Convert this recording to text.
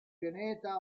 pianeta